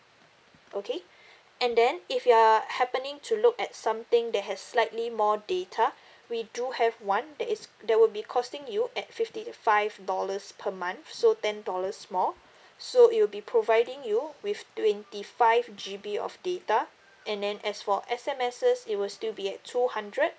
okay and then if you are happening to look at something that has slightly more data we do have one that is that will be costing you at fifty five dollars per month so ten dollars more so it will be providing you with twenty five G_B of data and then as for S_M_Ses it will still be at two hundred